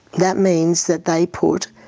that means that they put